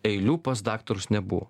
eilių pas daktarus nebuvo